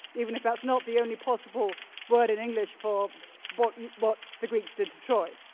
even if that's not the only possible word in english for but yeah what the greeks did to troy.